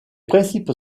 principes